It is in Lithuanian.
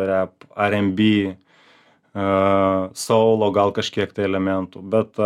rep rnb soulo gal kažkiek tai elementų bet